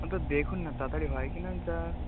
তো দেখুন না তাড়াতাড়ি হয় কি না যা